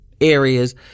areas